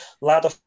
Ladder